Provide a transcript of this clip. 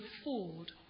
afford